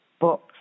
books